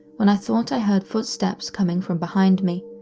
when i thought i heard footsteps coming from behind me,